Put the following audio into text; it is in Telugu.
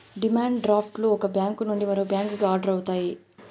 డిమాండ్ డ్రాఫ్ట్ లు ఒక బ్యాంక్ నుండి మరో బ్యాంకుకి ఆర్డర్ అవుతాయి